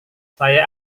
saya